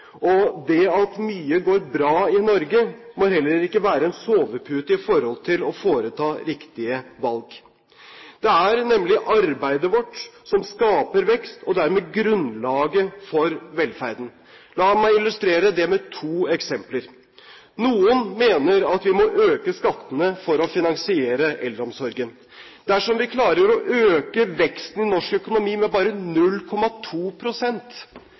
morgen. Det at mye går bra i Norge, må heller ikke være en sovepute i forhold til å foreta riktige valg. Det er nemlig arbeidet vårt som skaper vekst og dermed grunnlaget for velferden. La meg illustrere det med to eksempler. Noen mener at vi må øke skattene for å finansiere eldreomsorgen. Dersom vi klarer å øke veksten i norsk økonomi med bare